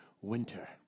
winter